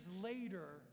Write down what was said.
later